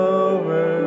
over